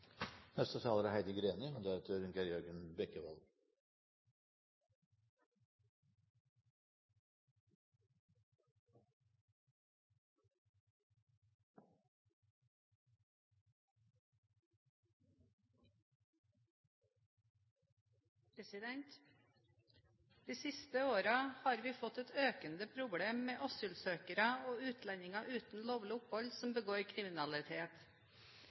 De siste årene har vi fått et økende problem med asylsøkere og utlendinger uten lovlig opphold som begår kriminalitet.